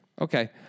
Okay